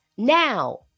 Now